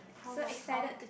how long how long